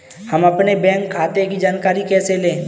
हम अपने बैंक खाते की जानकारी कैसे लें?